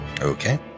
Okay